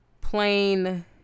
plain